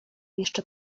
jeszcze